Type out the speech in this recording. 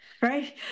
right